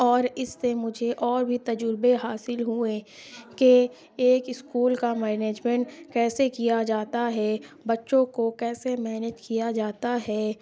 اور اس سے مجھے اور بھی تجربے حاصل ہوئے کہ ایک اسکول کا مینجمنٹ کیسے کیا جاتا ہے بچوں کو کیسے مینج کیا جاتا ہے